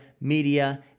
media